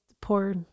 poor